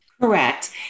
Correct